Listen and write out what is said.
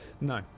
No